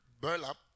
burlap